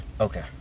okay